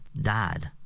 died